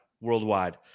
Worldwide